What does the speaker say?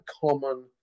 common